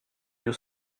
you